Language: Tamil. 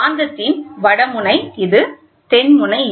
காந்தத்தின் வடமுனை இது தென்முனை